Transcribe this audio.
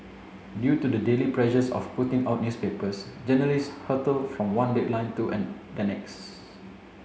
due to the daily pressures of putting out newspapers journalist hurtle from one deadline to an the next